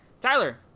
Tyler